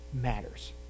matters